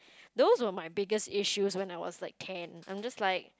those were my biggest issues when I was like ten I'm just like